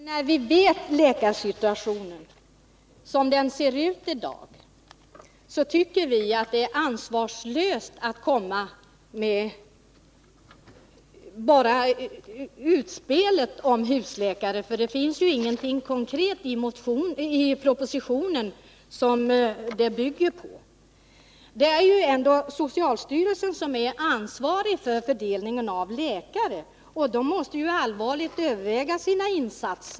Herr talman! Det var inte vad jag sade, Per Gahrton. Med vetskap om läkarsituationen är det ansvarslöst att komma med utspelet om husläkare. Det finns heller inget konkret att bygga på i propositionen. Det är ju ändå socialstyrelsen som är ansvarig när det gäller fördelningen av läkare, och där måste man allvarligt överväga sina insatser.